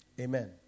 Amen